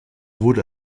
wurde